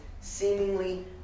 seemingly